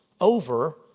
over